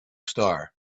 star